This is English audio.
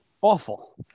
awful